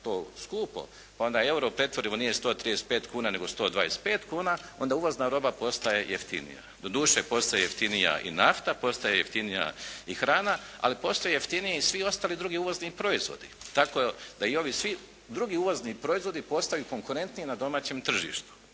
pa onda euro pretvorimo nije 135 kuna, nego 125 kuna onda uvozna roba postaje jeftinija. Doduše, postaje jeftinija i nafta, postaje jeftinija i hrana, ali postoje jeftiniji i svi ostali drugi uvozni proizvodi. Tako da i ovi svi drugi uvozni proizvodi postaju konkurentniji na domaćem tržištu.